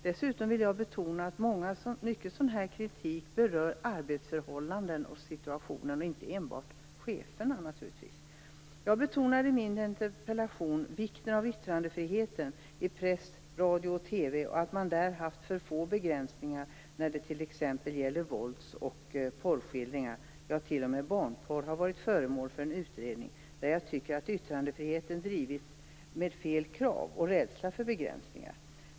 Dessutom vill jag betona att mycket sådan kritik berör arbetsförhållanden och inte enbart chefer. Jag betonade i min interpellation vikten av yttrandefriheten i press, radio och TV och att man där har haft för få begränsningar när det gäller t.ex. våldsoch porrskildringar. T.o.m. barnporr har varit föremål för en utredning. Jag tycker att yttrandefriheten drivits med fel krav och rädsla för begränsningar.